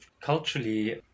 culturally